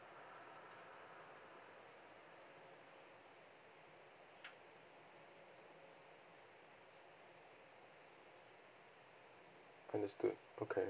understood okay